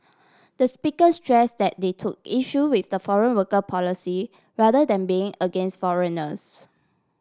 the speaker stress that they took issue with the foreign worker policy rather than being against foreigners